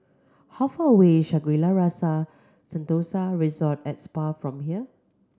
how far away is Shangri La's Rasa Sentosa Resort at Spa from here